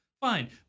Fine